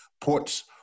Ports